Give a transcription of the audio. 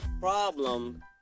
problem